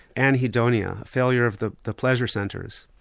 anhedonia, a failure of the the pleasure centres.